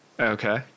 Okay